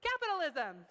Capitalism